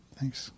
Thanks